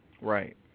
Right